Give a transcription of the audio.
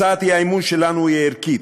הצעת האי-אמון שלנו היא ערכית.